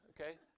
Okay